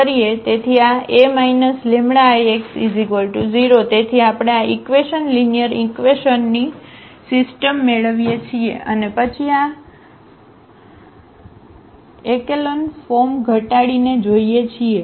તેથી આ A λIx0 તેથી આપણે આ ઈક્વેશન લીનીઅરઈક્વેશનની સિસ્ટમ મેળવીએ છીએ અને પછી આ એક્ચેલોન ફોર્મ ઘટાડીને જોઈએ છીએ